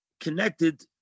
connected